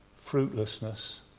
fruitlessness